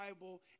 Bible